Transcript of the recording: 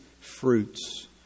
fruits